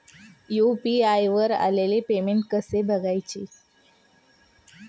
UPI वर आलेले payment कसे बघायचे?